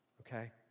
Okay